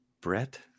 Brett